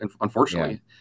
Unfortunately